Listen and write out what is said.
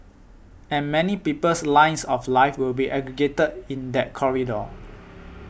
and many people's lines of life will be aggregated in that corridor